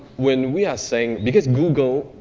when we are saying, because google,